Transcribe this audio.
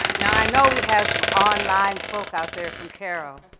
now, i know we have some online folk out there from carroll,